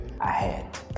ahead